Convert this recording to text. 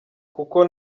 kuko